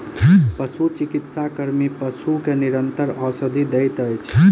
पशुचिकित्सा कर्मी पशु के निरंतर औषधि दैत अछि